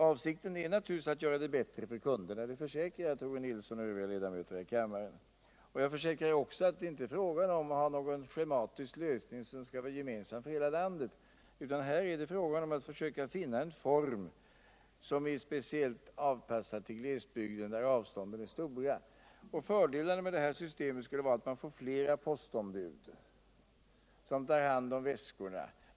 Avsikten är naturligtvis att göra det bättre för kunderna — det vill jag försäkra Tore Nilsson och övriga ledamöter av kammaren. Jag försäkrar också att det inte är fråga om att genomföra en schematisk lösning, som skall gälla för hela landet. Här är det fråga om att försöka finna en form, som är speciellt avpassad till glesbygden, där avstånden är stora. Fördelarna med det aktuella systemet skulle vara att man får flera postombud som tar hand om postväskorna.